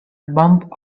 bump